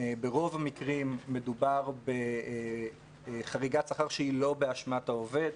ברוב המקרים מדובר בחריגת שכר שהיא לא באשמת העובד,